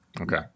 Okay